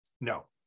No